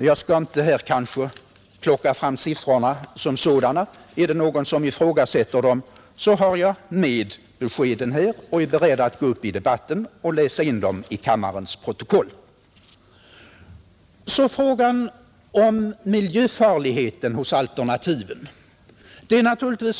Jag skall emellertid inte ta fram de siffrorna nu, men jag har dem med mig, och om någon ifrågasätter dem är jag beredd att återkomma i debatten och läsa in dem i kammarens protokoll. Sedan är naturligtvis frågan om miljöfarligheten hos alternativen